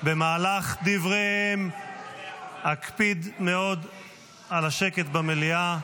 במהלך דבריהם אקפיד מאוד על השקט במליאה.